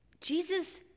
Jesus